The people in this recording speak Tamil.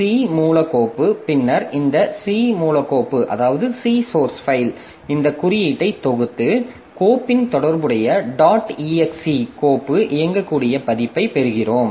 இது சி மூல கோப்பு பின்னர் இந்த சி மூல கோப்பு இந்த குறியீட்டை தொகுத்து கோப்பின் தொடர்புடைய டாட் exe கோப்பு இயங்கக்கூடிய பதிப்பைப் பெறுகிறோம்